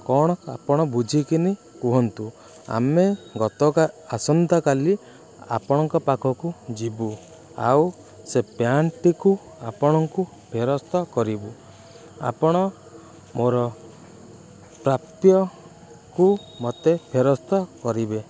କ'ଣ ଆପଣ ବୁଝି କରି କୁହନ୍ତୁ ଆମେ ଗତ କା ଆସନ୍ତା କାଲି ଆପଣଙ୍କ ପାଖକୁ ଯିବୁ ଆଉ ସେ ପ୍ୟାଣ୍ଟ୍ଟିକୁ ଆପଣଙ୍କୁ ଫେରସ୍ତ କରିବୁ ଆପଣ ମୋର ପ୍ରାପ୍ୟକୁ ମୋତେ ଫେରସ୍ତ କରିବେ